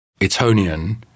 Etonian